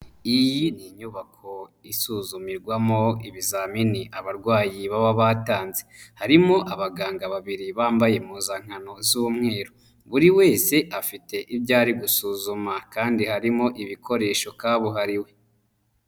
iyi ni inyubako isuzumirwamo ibizamini abarwayi baba batanze, harimo abaganga babiri bambaye impuzankano z'umweru, buri wese afite ibyo ari gusuzuma kandi harimo ibikoresho kabuhariwe.